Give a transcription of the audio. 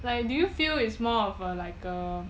like do you feel is more of uh like a